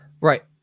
Right